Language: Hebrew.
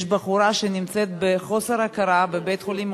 יש בחורה שנמצאת בחוסר הכרה בבית-חולים,